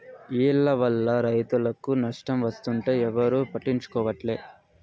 ఈల్ల వల్ల రైతులకు నష్టం వస్తుంటే ఎవరూ పట్టించుకోవట్లే